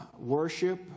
worship